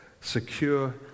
secure